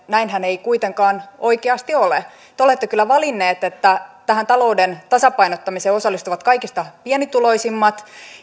näinhän ei kuitenkaan oikeasti ole te olette kyllä valinneet että tähän talouden tasapainottamiseen osallistuvat kaikista pienituloisimmat